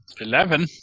Eleven